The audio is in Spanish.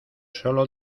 solo